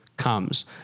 comes